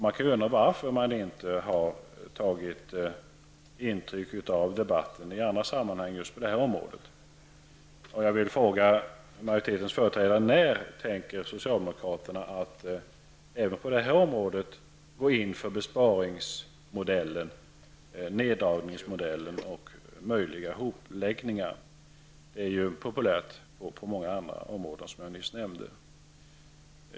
Man kan undra varför man inte har tagit intryck av debatten i andra sammanhang. Jag vill fråga majoritetens företrädare när socialdemokraterna tänker även på det här området gå in för besparingsmodellen, neddragningsmodellen och möjliggöra hopläggningar på det här området.